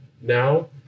now